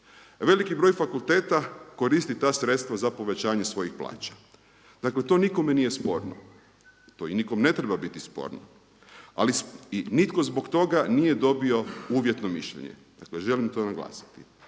Veliki broj fakulteta koristi ta sredstva za povećanje svojih plaća. Dakle, to nikome nije sporno. To i nikom ne treba biti sporno, ali i nitko zbog toga nije dobio uvjetno mišljenje. Dakle, želim to naglasiti.